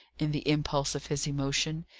in the impulse of his emotion,